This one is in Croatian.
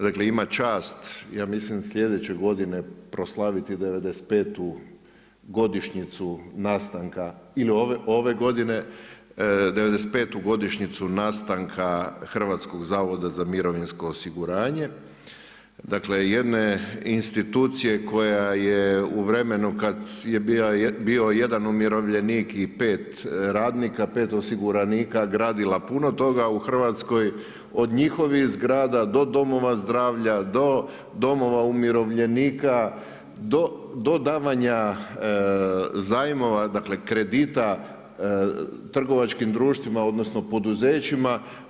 Dakle, ima čast, ja mislim sljedeće godine proslaviti 95 godišnjicu nastanka ili ove godine, 95 godišnjicu nastanka HZMO-a, dakle, jedne institucije, koja je u vremenu, kad je bio jedan umirovljenik i 5 radnika, 5 osiguranika, gradila puno toga u Hrvatskoj, od njihovih zgrada, do domova zdravlja, do domova umirovljenika, do davanja zajmova, dakle, kredita trgovačkim društvima, odnosno poduzećima.